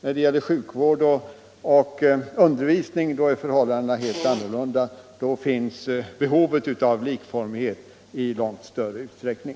I fråga om sjukvård och undervisning är förhållandena helt annorlunda. Där finns behovet av likformighet i långt större utsträckning.